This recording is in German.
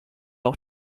auch